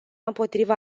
împotriva